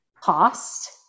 cost